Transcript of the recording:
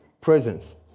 presence